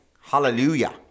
Hallelujah